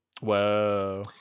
Whoa